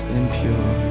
impure